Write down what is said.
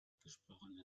gesprochene